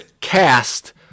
cast